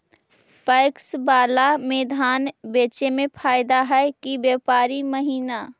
PACS बाला में धान बेचे मे फायदा है कि व्यापारी महिना?